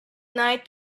night